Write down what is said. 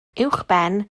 uwchben